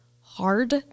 hard